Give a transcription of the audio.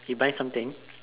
you buy something